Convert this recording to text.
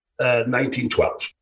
1912